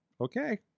Okay